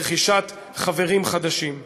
לרכישת חברים חדשים.